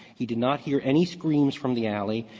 he did not hear any screams from the alley.